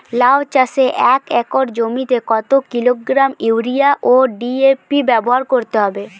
লাউ চাষে এক একর জমিতে কত কিলোগ্রাম ইউরিয়া ও ডি.এ.পি ব্যবহার করতে হবে?